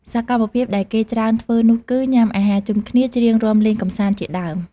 សកម្មភាពដែលគេច្រើនធ្វើនោះគឺ ញុំាអាហារជុំគ្នា ច្រៀងរាំលេងកម្សាន្តជាដើម។